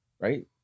Right